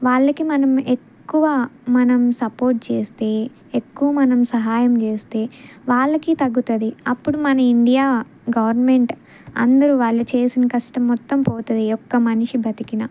వాళ్ళకి మనం ఎక్కువ మనం సపోర్ట్ చేస్తే ఎక్కువ మనం సహాయం చేస్తే వాళ్ళకి తగ్గుతుంది అప్పుడు మన ఇండియా గవర్నమెంట్ అందరు వాళ్ళు చేసిన కష్టం మొత్తం పోతుంది ఒక్క మనిషి బతికినా